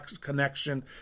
connection